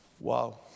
Wow